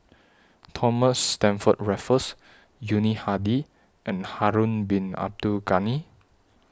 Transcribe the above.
Thomas Stamford Raffles Yuni Hadi and Harun Bin Abdul Ghani